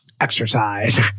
exercise